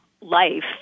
life